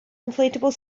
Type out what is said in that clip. inflatable